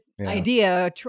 idea